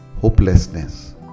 hopelessness